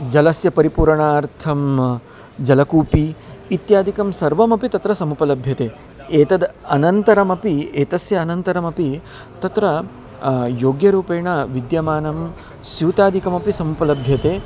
जलस्य परिपूरणार्थं जलकूपी इत्यादिकं सर्वमपि तत्र समुपलभ्यते एतद् अनन्तरमपि एतस्य अनन्तरमपि तत्र योग्यरूपेण विद्यमानं स्यूतादिकमपि समुपलभ्यते